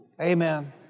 Amen